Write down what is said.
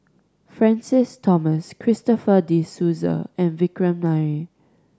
Francis Thomas Christopher De Souza and Vikram Nair